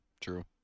true